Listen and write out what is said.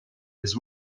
his